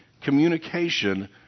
communication